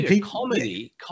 comedy